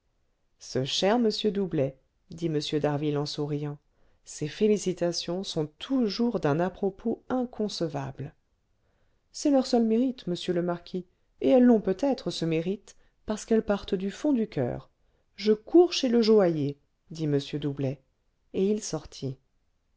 ce cher monsieur doublet dit m d'harville en souriant ses félicitations sont toujours d'un à-propos inconcevable c'est leur seul mérite monsieur le marquis et elles l'ont peut-être ce mérite parce qu'elles partent du fond du coeur je cours chez le joaillier dit m doublet et il sortit